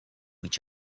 each